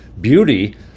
beauty